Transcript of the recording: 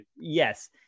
Yes